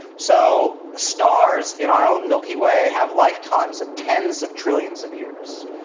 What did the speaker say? so stars in our own milky way have lifetimes of tens of trillions of years.